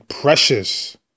precious